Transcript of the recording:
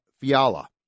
Fiala